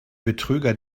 betrüger